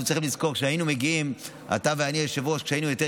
אנחנו צריכים לזכור שכשאתה ואני היינו ילדים,